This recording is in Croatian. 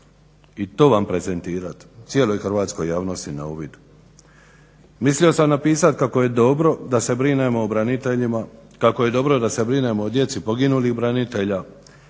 i to vam prezentirati, cijeloj hrvatskoj javnosti na uvid. Mislio sam napisati kako je dobro da se brinemo o braniteljima,